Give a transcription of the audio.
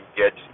get